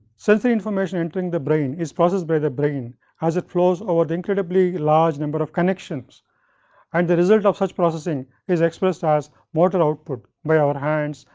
sensory information entering the brain, is processed by the brain has it flows over the incredibly large number of connections and the result of such processing is expressed as motor output, by our hands,